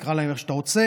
תקרא להם איך שאתה רוצה,